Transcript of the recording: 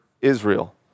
Israel